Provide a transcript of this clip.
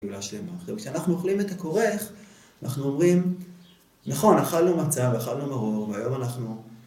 כשאנחנו אוכלים את הכורח, אנחנו אומרים: נכון, אכלנו מצה ואכלנו מרור והיום אנחנו